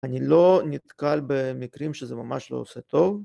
אני לא נתקל במקרים שזה ממש לא עושה טוב.